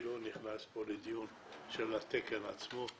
אני לא נכנס פה לדיון על התקן עצמו.